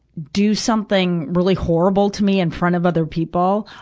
do something really horrible to me in front of other people,